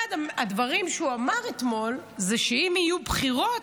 אחד הדברים שהוא אמר אתמול זה שאם יהיו בחירות,